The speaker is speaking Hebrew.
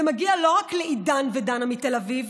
זה מגיע לא רק לעידן ודנה מתל אביב